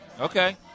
Okay